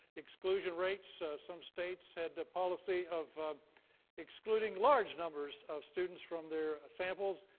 exclusion rates. some states had the policy of excluding large numbers of students from their samples.